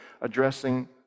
addressing